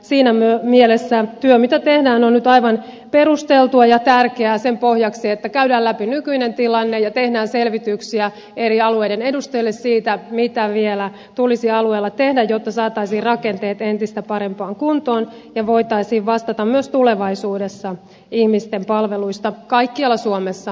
siinä mielessä se työ mitä tehdään on nyt aivan perusteltua ja tärkeää tämän pohjaksi se että käydään läpi nykyinen tilanne ja tehdään selvityksiä eri alueiden edustajille siitä mitä vielä tulisi alueilla tehdä jotta saataisiin rakenteet entistä parempaan kuntoon ja voitaisiin vastata myös tulevaisuudessa ihmisten palveluista kaikkialla suomessa